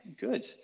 good